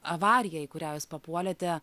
avarija į kurią jūs papuolėte